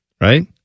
right